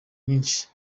myinshi